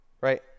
Right